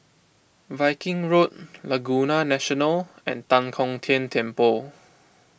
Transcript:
Viking Road Laguna National and Tan Kong Tian Temple